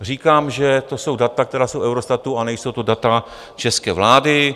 Říkám, že to jsou data, která jsou Eurostatu, nejsou to data české vlády.